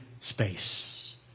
space